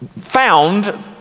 found